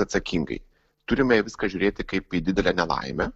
atsakingai turime į viską žiūrėti kaip į didelę nelaimę